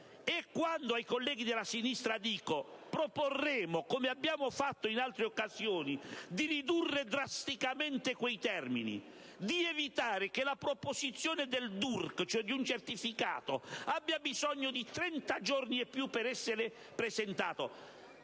Quando ai colleghi della sinistra dico che proporremo - come abbiamo fatto in altre occasioni - di ridurre drasticamente quei termini, di evitare che il DURC, cioè un certificato, abbia bisogno di 30 giorni e più per poter essere presentato,